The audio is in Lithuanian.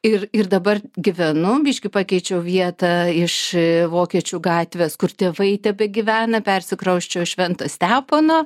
ir ir dabar gyvenu biškį pakeičiau vietą iš vokiečių gatvės kur tėvai tebegyvena persikrausčiau į švento stepono